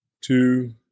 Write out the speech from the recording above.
two